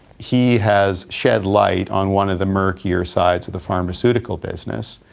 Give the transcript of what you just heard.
he has shed light on one of the murkier sides of the pharmaceutical business.